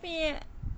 tapi yang